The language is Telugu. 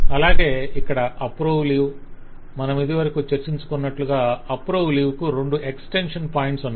అలాగే ఇక్కడ అప్రూవ్ లీవ్ మనమిదివరకు చర్చించుకొన్నట్లుగా అప్రూవ్ లీవ్ కు రెండు ఎక్స్టెంషన్ పాయింట్స్ ఉన్నాయి